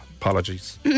Apologies